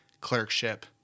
Clerkship